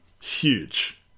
Huge